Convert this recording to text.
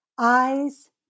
Eyes